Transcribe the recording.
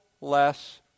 less